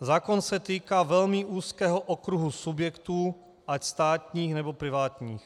Zákon se týká velmi úzkého okruhu subjektů, ať státních, nebo privátních.